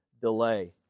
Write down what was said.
delay